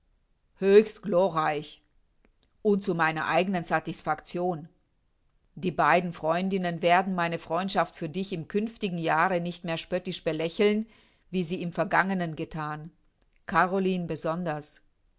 höchst glorreich und zu meiner eigenen satisfaction die beiden freundinnen werden meine freundschaft für dich im künftigen jahre nicht mehr spöttisch belächeln wie sie im vergangenen gethan caroline besonders